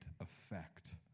effect